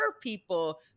people